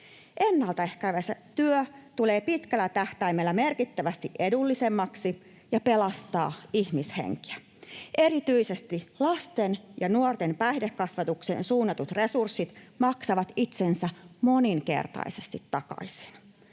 Ennaltaehkäisevä työ tulee pitkällä tähtäimellä merkittävästi edullisemmaksi ja pelastaa ihmishenkiä. Erityisesti lasten ja nuorten päihdekasvatukseen suunnatut resurssit maksavat itsensä moninkertaisesti takaisin.